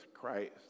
Christ